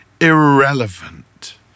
irrelevant